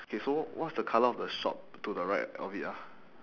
okay so what's the colour of the shop to the right of it ah